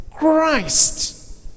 christ